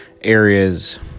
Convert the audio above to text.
areas